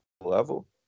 level